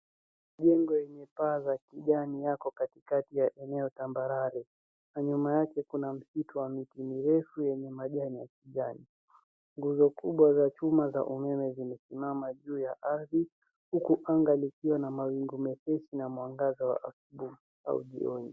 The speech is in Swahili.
Jengo yenye paa za kijani yako katikati ya eneo tambarare. Kwa nyuma yake kuna msitu wa miti mirefu yenye majani ya kijani. Guzo kubwa za chuma za umeme zimesimama juu ya ardhi. Huku anga likiwa na mawingu mepesi na mwangaza wa asubuhi au jioni.